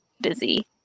busy